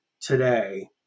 today